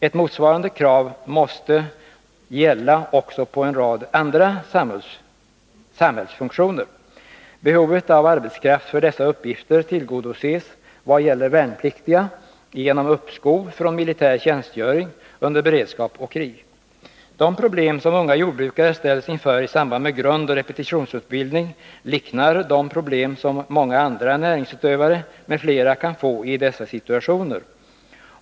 Ett motsvarande krav måste gälla också för en rad andra samhällsfunktioner. Behovet av arbetskraft för dessa uppgifter tillgodoses när det gäller värnpliktiga genom uppskov från militär tjänstgöring under beredskap och krig. De problem som unga jordbrukare ställs inför i samband med grundoch repetitionsutbildning liknar de problem som många andra näringsutövare m.fl. kan få i dessa situationer.